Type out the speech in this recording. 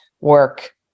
work